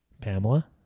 Pamela